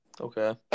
Okay